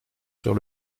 sur